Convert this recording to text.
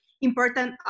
important